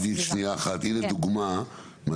אם לדוגמא,